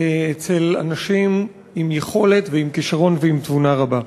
אצל אנשים עם יכולת ועם כישרון ועם תבונה רבה.